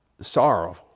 sorrow